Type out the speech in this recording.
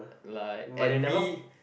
like envy